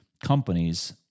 companies